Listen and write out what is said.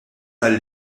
tal